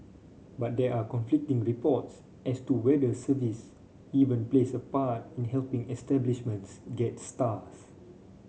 but there are conflicting reports as to whether service even plays a part in helping establishments get stars